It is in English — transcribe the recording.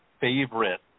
favorite